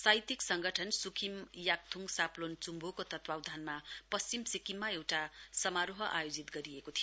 साहित्यिक संगठन स्खिम चाक्थुङ साप्लोन चुम्भोको तत्वावधानमा पश्चिम सिक्किममा एउटा समारोह आयोजित गरिएको थियो